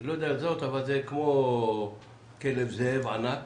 לא יודע לזהות אבל זה כמו כלב זאב ענק,